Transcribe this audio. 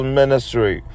ministry